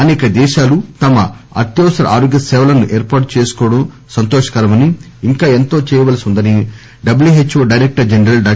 అసేక దేశాలు తమ అత్యవసర ఆరోగ్యసేవలను ఏర్పాటు చేసుకోవడం సంతోషకరమని ఇంకా ఎంతో చేయవలసి ఉందని డబ్ల్యూహెచ్ ఓ డైరెక్టర్ జనరల్ డా